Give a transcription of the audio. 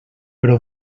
però